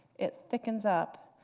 it thickens up.